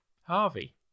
Harvey